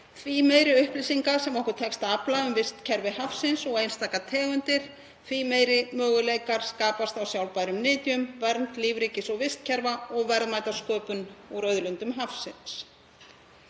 Því meiri upplýsinga sem okkur tekst að afla um vistkerfi hafsins og einstakar tegundir, þeim mun meiri möguleikar skapast á sjálfbærum nytjum, vernd lífríkis og vistkerfa og verðmætasköpun úr auðlindum hafsins.